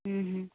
ହୁଁ ହୁଁ